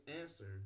answer